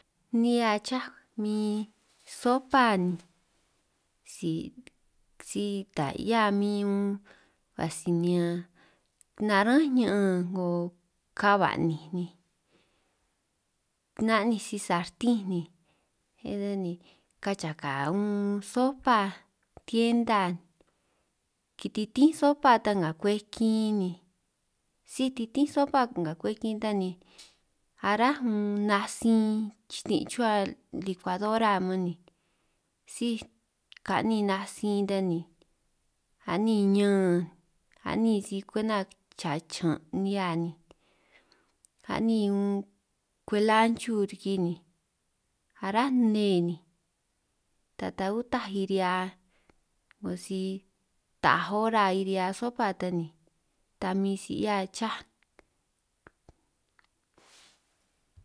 Nihia chá min sopa ni si si ta 'hiaj min unn a sinin ñan narán ña'an 'ngo ka' ba'ninj ni, na'ninj si-sartin ni bé ta ni ka'anj chaka unn sopa tienda kititínj sopa ta nga kwej kin ni, síj titín sopa nga kwej kin ta ni aráj unn natsin chitin' chuhua likuadora man ni, síj ka'nin natsin ta ni a'nin ñan a'nin si kwenta cha chiñan' nihia ni a'nin unn, kwej lanchu riki ni ará nne ni ta ta utaj iri'hia 'ngo si taaj hora irihia sopa ta ni ta min si 'hia chaj.